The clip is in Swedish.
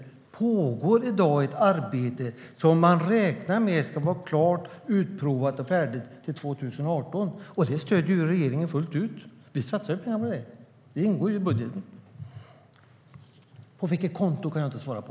Det står att det i dag pågår ett arbete som man räknar med ska vara klart, utprovat och färdigt, till 2018. Det stöder regeringen fullt ut. Vi satsar pengar på det. Det ingår i budgeten. Vilket konto det är fråga om kan jag inte svara på.